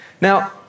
Now